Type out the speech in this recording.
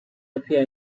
appear